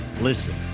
Listen